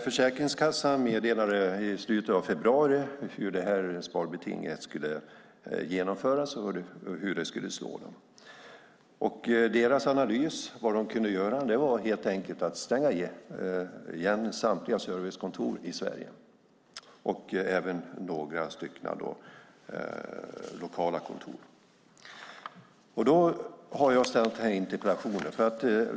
Försäkringskassan meddelande i slutet av februari hur detta sparbeting skulle genomföras och hur det skulle slå. Deras analys var att det de kunde göra helt enkelt var att stänga samtliga servicekontor i Sverige och även några lokala kontor. Därför har jag ställt den här interpellationen.